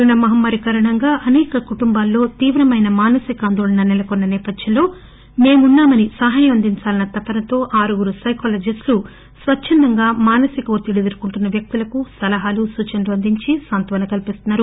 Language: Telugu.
కరోనా మహమ్మారి కారణంగా అసేక కుటుంబాల్లో తీవ్రమైన మానసిక ఆందోళన నెలకొన్న నేపథ్యంలో మేమున్నామని సహాయం అందించాలన్న తపనతో ఆరుగురు సైకాలజిస్టులు స్పచ్చందంగా మానసిక ఒత్తిడి ఎదుర్కొంటున్స వ్యక్తులకు సలహాలు సూచనలు అందించి సాంత్వన కల్పిస్తున్నారు